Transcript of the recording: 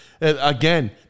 again